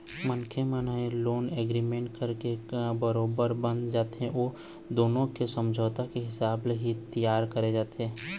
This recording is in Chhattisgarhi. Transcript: मनखे मन ह लोन एग्रीमेंट करके बरोबर बंध जाथे अउ दुनो के समझौता के हिसाब ले ही तियार करे जाथे